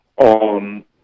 on